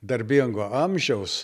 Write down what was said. darbingo amžiaus